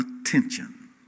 attention